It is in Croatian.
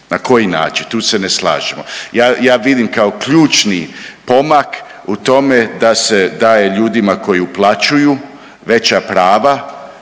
na koji način, tu se ne slažemo. Ja, ja vidim kao ključni pomak u tome da se daje ljudima koji uplaćuju veća prava,